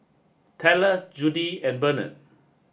Tella Judi and Bernard